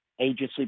agency